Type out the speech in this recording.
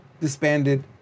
disbanded